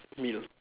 meal